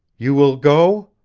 you will go?